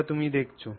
এটি তুমি দেখেছ